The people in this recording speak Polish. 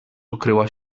okryła